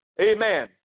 Amen